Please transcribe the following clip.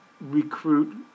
recruit